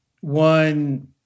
One